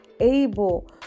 able